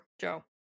Joe